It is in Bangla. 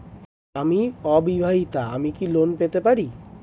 আমি অবিবাহিতা আমি কি লোন পেতে পারি?